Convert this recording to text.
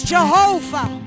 Jehovah